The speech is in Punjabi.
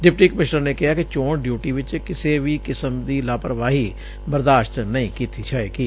ਡਿਪਟੀ ਕਮਿਸ਼ਨਰ ਨੇ ਕਿਹਾ ਕਿ ਚੋਣ ਡਿਉਟੀ ਵਿਚ ਕਿਸੀ ਵੀ ਕਿਸਮ ਦੀ ਲਾਪਰਵਾਹੀ ਬਰਦਾਸ਼ਤ ਨਹੀਂ ਕੀਤੀ ਜਾਵੇਗੀ